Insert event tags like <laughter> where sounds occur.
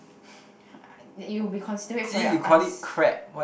<breath> you'll be considerate for your eyes <breath>